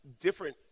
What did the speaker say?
different